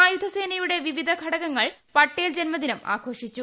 സായുധസേനയുടെ വിവിധ ഘടകങ്ങൾ പട്ടേൽ ജന്മദിനം ആഘോഷിച്ചു